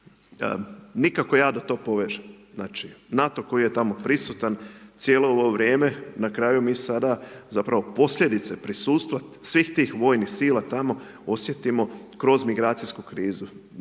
Nikako ja da to povežem. Znači, NATO koji je tamo prisutan cijelo ovo vrijeme, na kraju mi sada, zapravo posljedice prisustva svih tih vojnih sila tamo osjetimo kroz migracijsku krizu.